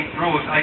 rules